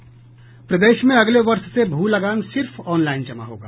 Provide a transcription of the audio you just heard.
प्रदेश में अगले वर्ष से भू लगान सिर्फ ऑनलाइन जमा होगा